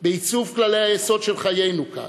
בעיצוב כללי היסוד של חיינו כאן,